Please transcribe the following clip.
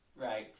Right